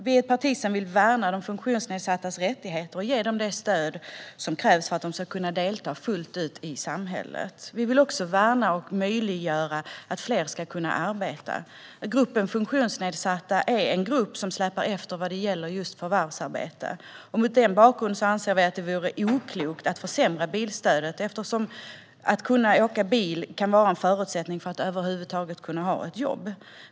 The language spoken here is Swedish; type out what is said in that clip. Vi är ett parti som vill värna de funktionsnedsattas rättigheter och ge dem det stöd som krävs för att de ska kunna delta fullt ut i samhället. Vi vill också värna möjligheten för fler att arbeta. Funktionsnedsatta är en grupp som släpar efter vad gäller just förvärvsarbete, och mot den bakgrunden anser vi att det vore oklokt att försämra bilstödet eftersom möjligheten att åka bil kan vara en förutsättning för att över huvud taget kunna ha ett jobb.